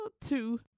two